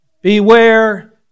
Beware